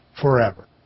forever